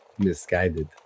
Misguided